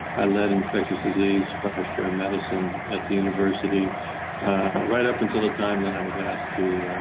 i led infectious disease, vice chair of medicine, at the university right up until the time that i was asked to